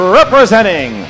representing